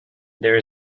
there